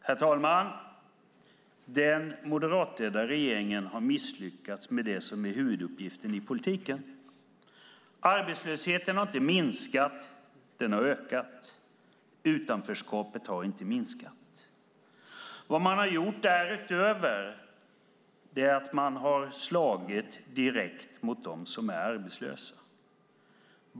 Herr talman! Den moderatledda regeringen har misslyckats med det som är huvuduppgiften i politiken. Arbetslösheten har inte minskat, utan den har ökat. Utanförskapet har inte minskat. Utöver det har man slagit direkt mot dem som är arbetslösa.